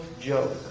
joke